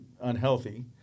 unhealthy